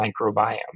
microbiome